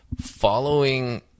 following